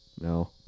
No